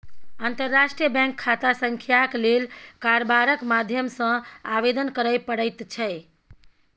अंतर्राष्ट्रीय बैंक खाता संख्याक लेल कारबारक माध्यम सँ आवेदन करय पड़ैत छै